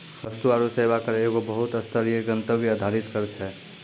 वस्तु आरु सेवा कर एगो बहु स्तरीय, गंतव्य आधारित कर छै